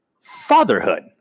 fatherhood